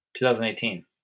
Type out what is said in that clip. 2018